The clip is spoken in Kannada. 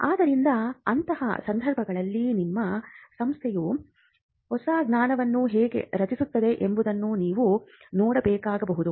ಆದ್ದರಿಂದ ಅಂತಹ ಸಂದರ್ಭಗಳಲ್ಲಿ ನಿಮ್ಮ ಸಂಸ್ಥೆಯು ಹೊಸ ಜ್ಞಾನವನ್ನು ಹೇಗೆ ರಕ್ಷಿಸುತ್ತದೆ ಎಂಬುದನ್ನು ನೀವು ನೋಡಬೇಕಾಗಬಹುದು